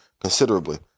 considerably